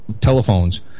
telephones